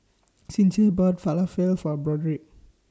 Sincere bought Falafel For Broderick